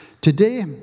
Today